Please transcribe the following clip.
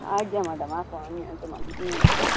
ଆଜ୍ଞା ମ୍ୟାଡମ୍ ଆପଣ ନିଅନ୍ତୁ ମ୍ୟାଡମ୍ ନିଅନ୍ତୁ